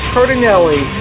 Cardinelli